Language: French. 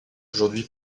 aujourd’hui